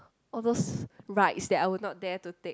all those rides that I will not dare to take